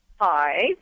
Hi